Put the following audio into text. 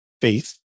faith